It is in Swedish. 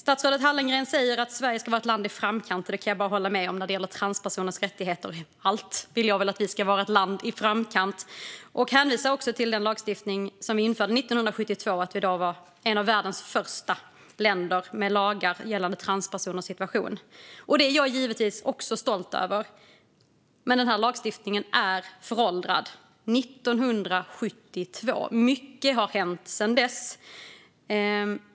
Statsrådet Hallengren säger att "Sverige ska vara ett land i framkant när det gäller transpersoners rättigheter". Det kan jag bara hålla med om. Jag vill alltid att vi ska vara ett land i framkant. Hon hänvisar också till den lagstiftning som vi införde 1972. Sverige var då ett av världens första länder med lagar gällande transpersoners situation. Det är jag givetvis också stolt över. Men den här lagstiftningen är föråldrad. Mycket har hänt sedan 1972.